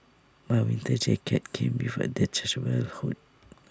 my winter jacket came with A detachable hood